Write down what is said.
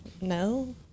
No